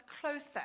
closer